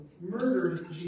murdered